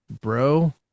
bro